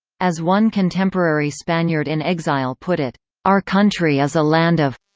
as one contemporary spaniard in exile put it our country is a land of.